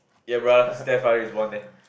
ya bruh Steph Curry is one leh